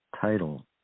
title